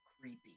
creepy